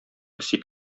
песи